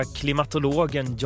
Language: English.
klimatologen